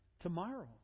tomorrow